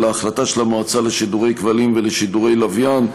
אלא של המועצה לשידורי כבלים ולשידורי לוויין,